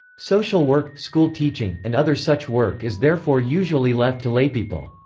social work, school teaching, and other such work is therefore usually left to laypeople.